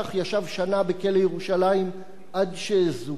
ישב שנה בכלא ירושלים עד שזוכה.